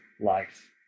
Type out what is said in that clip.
life